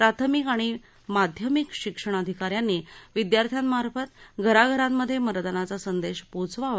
प्राथमिक आणि माध्यमिक शिक्षणाधिका यांनी विदयार्थ्यांमार्फत घराघरांमध्ये मतदानाचा संदेश पोहचवावा